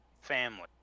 family